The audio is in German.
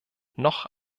noch